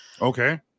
Okay